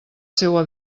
seua